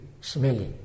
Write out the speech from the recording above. smelly